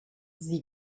sie